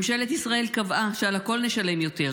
ממשלת ישראל קבעה שעל הכול נשלם יותר,